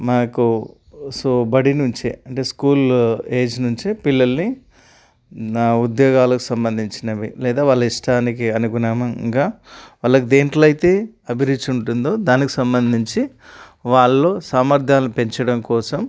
మాకు సో బడి నుంచే అంటే స్కూల్ ఏజ్ నుంచే పిల్లల్ని నా ఉద్యోగాలకు సంబంధించినవి లేదా వాళ్ళ ఇష్టానికి అనుగుణంగా వాళ్ళకి దేనిలో అయితే అభిరుచి ఉంటుందో దానికి సంబంధించి వాళ్ళలో సామర్థ్యాలను పెంచడం కోసం